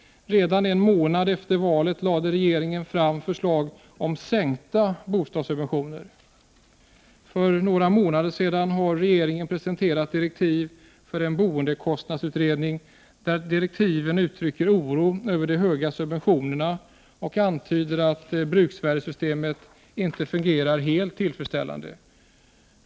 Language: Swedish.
Redan en månad efter valet lade regeringen fram förslag om sänkta bostadssubventioner. För några månader sedan har regeringen presenterat direktiv för en boendekostnadsutredning. Där uttrycker man oro över de höga subventionerna och antyder att bruksvärdessystemet inte fungerar helt tillfredsställande.